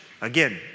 Again